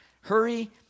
Hurry